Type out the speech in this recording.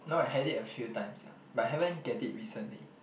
no I had it a few times yeah but I haven't get it recently